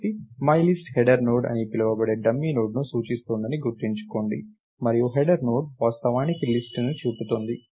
కాబట్టి my list header node అని పిలువబడే డమ్మీ నోడ్ను సూచిస్తోందని గుర్తుంచుకోండి మరియు హెడర్ నోడ్ వాస్తవానికి లిస్ట్ ను చూపుతోంది